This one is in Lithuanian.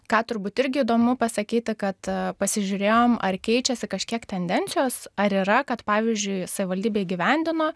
ką turbūt irgi įdomu pasakyti kad pasižiūrėjom ar keičiasi kažkiek tendencijos ar yra kad pavyzdžiui savivaldybė įgyvendino